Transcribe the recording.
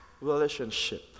relationship